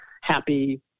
happy